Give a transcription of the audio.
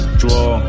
draw